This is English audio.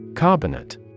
Carbonate